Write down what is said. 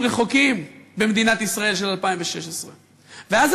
רחוקים במדינת ישראל של 2016. ואז,